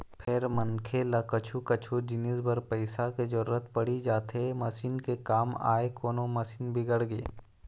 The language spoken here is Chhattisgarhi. फेर मनखे ल कछु कछु जिनिस बर पइसा के जरुरत पड़ी जाथे मसीन के काम आय कोनो मशीन बिगड़गे